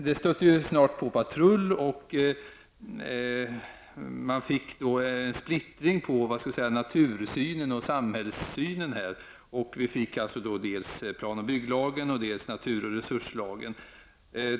Detta stötte snart på patrull, och det blev en splittring mellan natursynen och samhällsynen. Vi fick då dels plan och bygglagen, dels naturresurslagen.